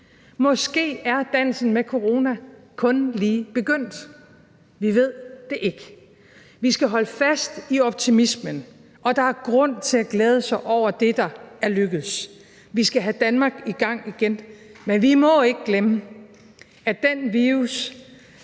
Måske er dansen med corona kun lige begyndt, vi ved det ikke. Vi skal holde fast i optimismen, og der er grund til at glæde sig over det, der er lykkedes. Vi skal have Danmark i gang igen. Men vi må ikke glemme, at den virus,